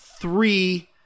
three